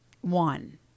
One